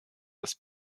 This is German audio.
dass